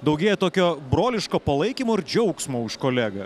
daugėja tokio broliško palaikymo ir džiaugsmo už kolegą